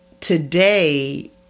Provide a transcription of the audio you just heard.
today